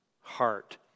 heart